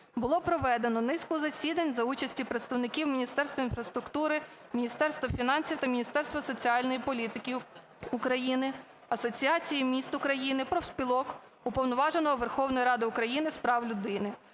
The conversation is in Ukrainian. було проведено низку засідань за участі представників Міністерства інфраструктури, Міністерства фінансів та Міністерства соціальної політики України, Асоціації міст України, профспілок, Уповноваженого Верховної Ради з прав людини